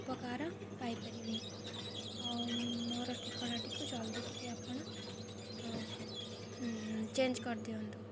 ଉପକାର ପାଇପାରିବେ ଆଉ ମୋର ଠିକଣାଟିକୁ ଜଲ୍ଦି ଟିକେ ଆପଣ ଚେଞ୍ଜ କରିଦିଅନ୍ତୁ